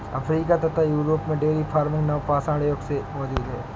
Africa तथा Europe में dairy farming नवपाषाण युग से मौजूद है